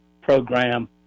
program